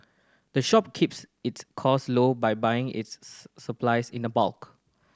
the shop keeps its costs low by buying its supplies in the bulk